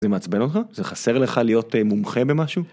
זה מעצבן אותך? זה חסר לך להיות מומחה במשהו?